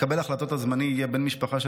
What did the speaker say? מקבל ההחלטות הזמני יהיה בן משפחה של